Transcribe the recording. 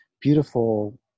beautiful